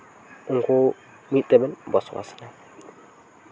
ᱩᱱᱠᱩ ᱢᱤᱫᱛᱮ ᱵᱚᱥᱚ ᱵᱟᱥ ᱱᱟ